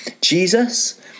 Jesus